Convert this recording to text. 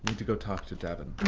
to go talk to devon.